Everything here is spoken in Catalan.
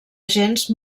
gens